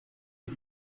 ihr